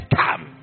come